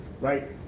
Right